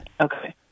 Okay